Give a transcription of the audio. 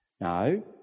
No